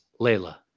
Layla